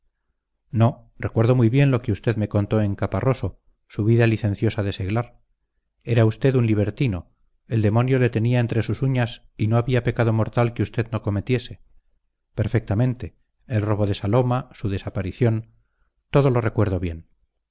antecedentes no recuerdo muy bien lo que usted me contó en caparroso su vida licenciosa de seglar era usted un libertino el demonio le tenía entre sus uñas y no había pecado mortal que usted no cometiese perfectamente el robo de saloma su desaparición todo lo recuerdo bien